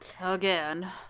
Again